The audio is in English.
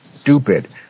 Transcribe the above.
stupid